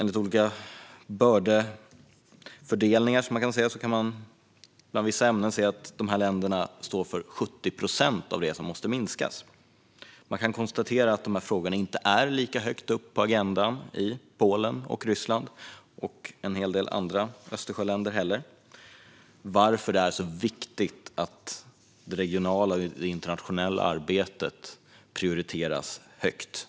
Ser man på bördefördelningen står dessa länder för 70 procent av de utsläpp som måste minskas, och man kan konstatera att dessa frågor inte står lika högt upp på agendan i Polen, Ryssland och en del andra Östersjöländer. Därför är det viktigt att det regionala och internationella arbetet ges hög prioritet.